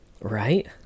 Right